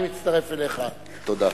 אני מצטרף אליך, תודה.